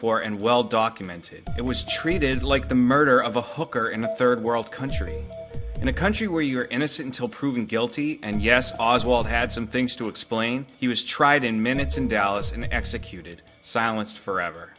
for and well documented it was treated like the murder of a hooker in a third world country in a country where you're innocent until proven guilty and yes oswald had some things to explain he was tried in minutes in dallas and executed silenced forever